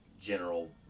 general